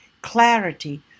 clarity